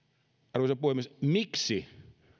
arvoisa puhemies miksi